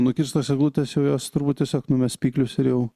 nukirstos eglutės jau jos turbūt tiesiog numes spyglius ir jau